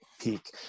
peak